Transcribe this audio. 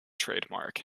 trademark